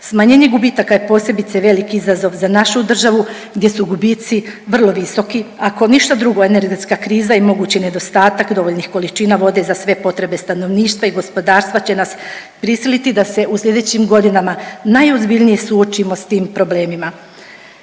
Smanjenje gubitaka je posebice velik izazov za našu državu gdje su gubici vrlo visoki, ako ništa drugo energetska kriza i mogući nedostatak dovoljnih količina vode za sve potrebe stanovništva i gospodarstva će nas prisiliti da se u slijedećim godinama najozbiljnije suočimo s tim problemima.